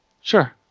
sure